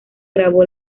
grabó